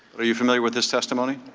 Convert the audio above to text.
are you familiar with his testimony?